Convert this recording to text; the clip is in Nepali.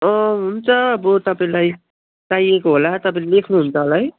अँ हुन्छ अब तपाईँलाई चाहिएको होला तपाईँले लेख्नु हुन्छ होला है